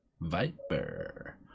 Viper